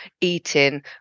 eating